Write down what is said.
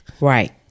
Right